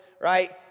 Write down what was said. right